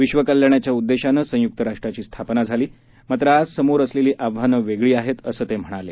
विश्व कल्याणाच्या उद्देशाने संयुक्त राष्ट्राची स्थापना झाली मात्र आज समोर असलेली आव्हानं वेगळी आहेत असं ते म्हणाले